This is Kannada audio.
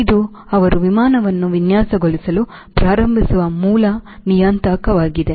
ಇದು ಅವರು ವಿಮಾನವನ್ನು ವಿನ್ಯಾಸಗೊಳಿಸಲು ಪ್ರಾರಂಭಿಸುವ ಮೂಲ ನಿಯತಾಂಕವಾಗಿದೆ